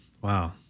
Wow